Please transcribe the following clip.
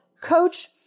Coach